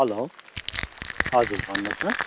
hello हजुर भन्नुहोस् न